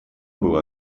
было